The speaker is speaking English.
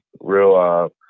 real